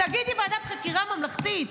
תגידי: ועדת חקירה ממלכתית.